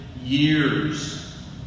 years